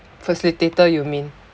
facilitator you mean